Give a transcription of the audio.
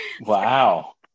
wow